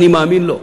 אני מאמין לו.